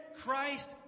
Christ